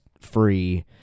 free